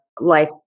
life